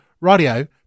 Radio